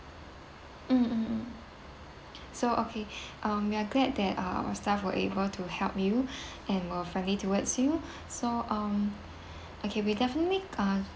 mm mm mm so okay um we are glad that uh our staff were able to help you and were friendly towards you so um okay we definitely uh